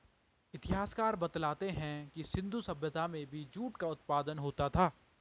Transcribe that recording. इतिहासकार बतलाते हैं कि सिन्धु सभ्यता में भी जूट का उत्पादन होता था